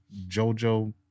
Jojo